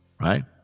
right